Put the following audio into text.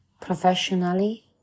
professionally